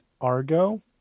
Argo